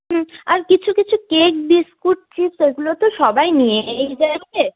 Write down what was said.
হুম আর কিছু কিছু কেক বিস্কুট চিপস এগুলো তো সবাই নিয়েই যাবে